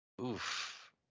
Oof